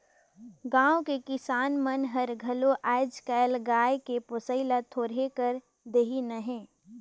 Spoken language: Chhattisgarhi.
गाँव के किसान मन हर घलो आयज कायल गाय के पोसई ल थोरहें कर देहिनहे